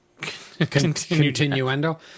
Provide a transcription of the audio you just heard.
Continuendo